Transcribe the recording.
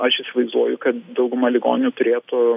aš įsivaizduoju kad dauguma ligoninių turėtų